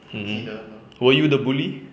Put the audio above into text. mmhmm were you the bully